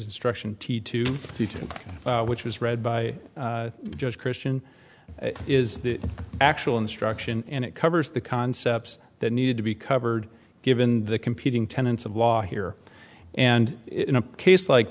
instruction t two which was read by judge christian is the actual instruction and it covers the concepts that need to be covered given the competing tenants of law here and in a case like